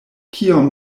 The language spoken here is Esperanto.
kiom